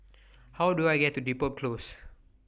How Do I get to Depot Close